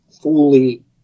fully